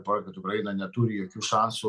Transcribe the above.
parodyt kad ukraina neturi jokių šansų